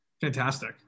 fantastic